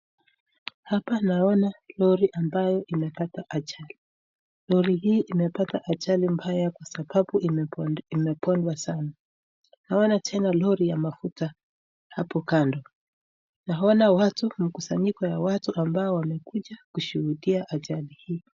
Hapa naona lori ambaye imepata ajali, lori hii imepata ajali mbaya kwa sababu imebondwa sana, naona tena lori ya mafuta hapo kando, naona watu mkusanyiko ya watu ambao wamekuja kushuhudia ajali hii.